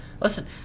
listen